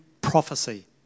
prophecy